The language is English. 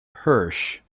hirsch